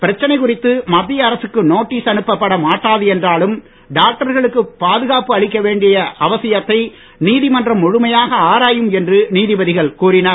பிரச்சனை குறித்து மத்திய அரசுக்கு நோட்டீஸ் அனுப்ப பட மாட்டாது என்றாலும் டாக்டர்களுக்கு பாதுகாப்பு அளிக்க வேண்டிய அவசியத்தை நீதிமன்றம் முழுமையாக ஆராயும் என்று நீதிபதிகள் கூறினர்